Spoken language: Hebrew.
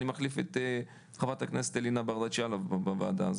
אני מחליף את חברת הכנסת אלינה ברדץ' יאלוב בוועדה.